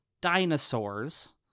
dinosaurs